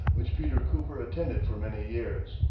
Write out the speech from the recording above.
which peter cooper attended for many years.